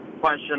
question